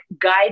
guide